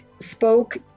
spoke